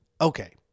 Okay